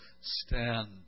Stand